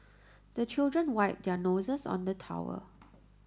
the children wipe their noses on the towel